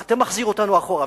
אתה מחזיר אותנו אחורה.